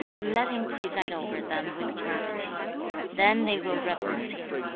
let him preside over them with gravity then they will reverence him.